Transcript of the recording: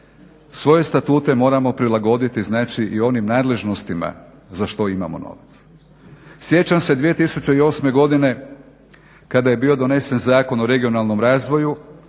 svoje statute moramo prilagoditi znači i onim nadležnostima za što imamo novac. Sjećam se 2008. godine kada je bio donesen Zakon o regionalnom razvoju